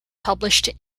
published